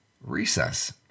recess